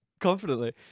Confidently